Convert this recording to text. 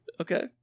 Okay